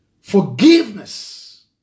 Forgiveness